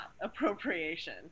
appropriation